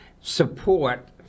support